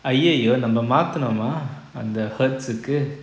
அய்யய்யோ நம்ம மாத்தணும் அந்த:aiyaiyo namma maathanuma antha hertz கு:ku